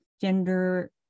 gender